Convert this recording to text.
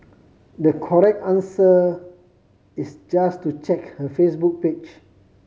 the correct answer is just to check her Facebook page